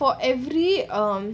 for every um